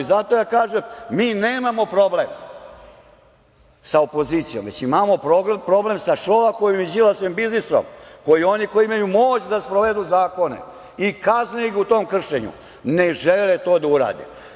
Zato kažem – mi nemamo problem sa opozicijom, već imamo problem sa Šolakovim i Đilasovim biznisom, jer oni koji imaju moć da sprovedu zakone i kazne ih u tom kršenju ne žele to da urade.